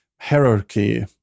hierarchy